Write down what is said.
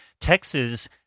Texas